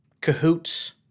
cahoots